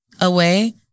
away